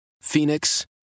Phoenix